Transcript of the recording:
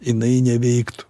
jinai neveiktų